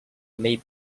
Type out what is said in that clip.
may